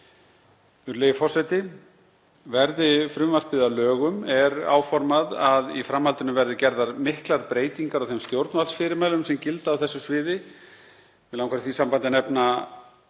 Virðulegi forseti Verði frumvarpið að lögum er áformað að í framhaldinu verði gerðar miklar breytingar á þeim stjórnvaldsfyrirmælum sem gilda á þessu sviði. Mig langar í því sambandi að benda